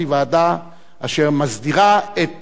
ועדת הסכמות היא ועדה אשר מסדירה את